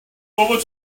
over